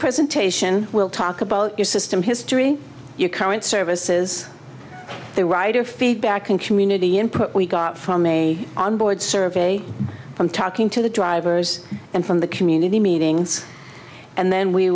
presentation we'll talk about your system history your current services the writer feedback and community input we got from a on board survey from talking to the drivers and from the community meetings and then we